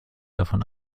davon